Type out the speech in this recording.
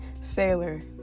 Sailor